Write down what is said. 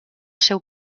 seu